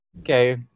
okay